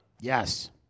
Yes